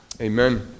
Amen